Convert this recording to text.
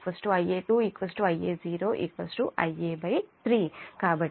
కాబట్టి Ia 3 Ia1